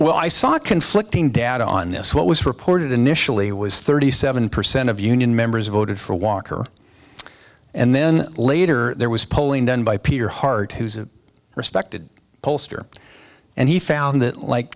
well i saw conflicting data on this what was reported initially was thirty seven percent of union members voted for walker and then later there was polling done by peter hart who's a respected pollster and he found that like